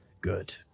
Good